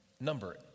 number